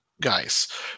guys